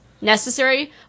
necessary